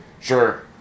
Sure